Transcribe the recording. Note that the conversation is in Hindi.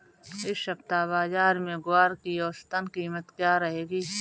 इस सप्ताह बाज़ार में ग्वार की औसतन कीमत क्या रहेगी?